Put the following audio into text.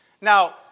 Now